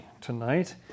tonight